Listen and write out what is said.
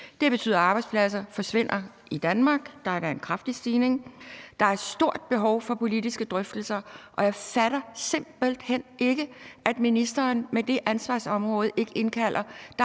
Det betyder, at arbejdspladser forsvinder i Danmark, endda med en kraftig stigning. Der er et stort behov for politiske drøftelser, og jeg fatter simpelt hen ikke, at ministeren med det ansvarsområde ikke indkalder